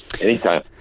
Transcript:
Anytime